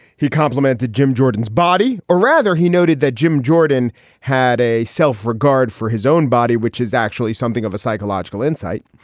he complimented jim jordan's body, or rather, he noted that jim jordan had a self-regard for his own body, which is actually something of a psychological insight.